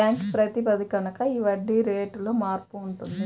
bank ప్రాతిపదికన ఈ వడ్డీ రేటులో మార్పు ఉంటుంది